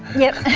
yep.